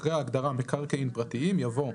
אחרי ההגדרה "מקרקעין פרטיים" יבוא: